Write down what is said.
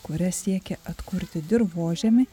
kuria siekia atkurti dirvožemį